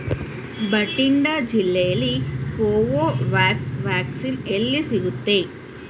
ಬಠಿಂಡಾ ಜಿಲ್ಲೆಯಲ್ಲಿ Covovax vaccine ಎಲ್ಲಿ ಸಿಗುತ್ತೆ